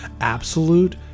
absolute